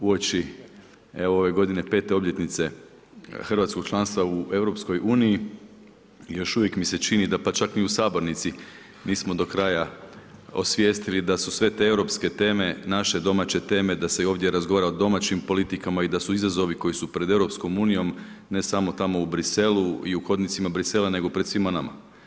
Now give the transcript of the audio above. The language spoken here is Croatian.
Uoči ove godine 5. obljetnice hrvatskog članstva u EU još uvijek mi se čini da pa čak ni u sabornici nismo do kraja osvijestili da su sve te europske teme naše domaće teme, da se ovdje razgovara o domaćim politikama i da su izazovi koji su pred EU ne samo tamo u Bruxellesu i u hodnicima Bruxellesa nego pred svima nama.